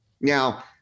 Now